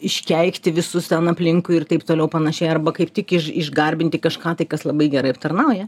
iškeikti visus ten aplinkui ir taip toliau ir panašiai arba kaip tik iš iš išgarbinti kažką tai kas labai gerai aptarnauja